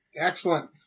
Excellent